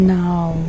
now